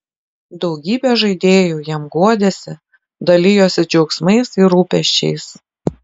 daugybė žaidėjų jam guodėsi dalijosi džiaugsmais ir rūpesčiais